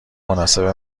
مناسب